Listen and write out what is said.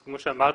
אז כמו שאמרתי,